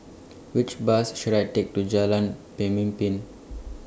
Which Bus should I Take to Jalan Pemimpin